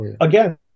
again